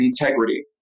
integrity